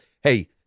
Hey